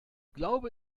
glaube